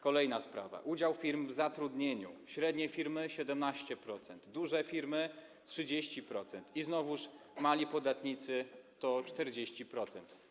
Kolejna sprawa, udział firm w zatrudnieniu - średnie firmy to 17%, duże firmy to 30% i znowuż mali podatnicy to 40%.